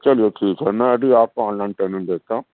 چلیے ٹھیک ہے میں ابھی آپ کو آن لائن پمینٹ بھیجتا ہوں